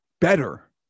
Better